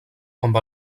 com